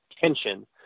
tension